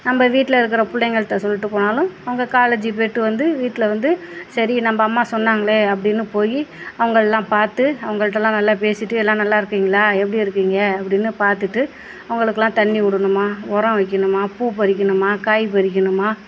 நம்ம வீட்டில் இருக்கிற பிள்ளைங்கள்ட்ட சொல்லிட்டு போனாலும் அவங்க காலேஜுக்கு போயிட்டு வந்து வீட்டில் வந்து சரி நம்ம அம்மா சொன்னாங்களே அப்படின்னு போய் அவங்கள்லாம் பார்த்து அவங்கள்ட்டலாம் நல்லா பேசிட்டு எல்லாம் நல்லா இருக்கீங்களா எப்படி இருக்கீங்க அப்படின்னு பார்த்துட்டு அவங்களுக்குலாம் தண்ணி விடணுமா உரம் வைக்கணுமா பூ பறிக்கணுமா காய் பறிக்கணுமா